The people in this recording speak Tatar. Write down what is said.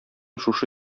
шушы